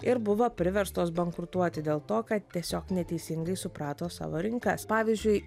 ir buvo priverstos bankrutuoti dėl to kad tiesiog neteisingai suprato savo rinkas pavyzdžiui